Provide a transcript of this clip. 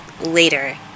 later